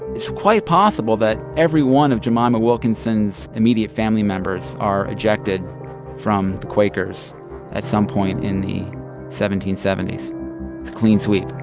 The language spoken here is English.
it's quite possible that every one of jemima wilkinson's immediate family members are ejected from the quakers at some point in the seventeen seventy s. it's a clean sweep